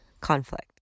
conflict